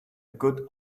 good